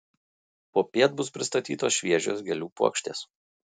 popiet bus pristatytos šviežios gėlių puokštės